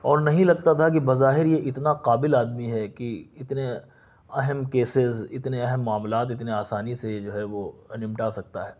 اور نہیں لگتا تھا بظاہر یہ اتنا قابل آدمی ہے کہ اتنا اہم کیسیز اتنے اہم معاملات اتنے آسانی سے جو ہے وہ نمٹا سکتا ہیں